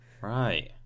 Right